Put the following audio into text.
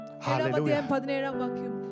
Hallelujah